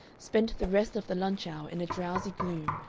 spent the rest of the lunch-hour in a drowsy gloom,